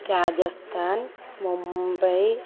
Rajasthan Mumbai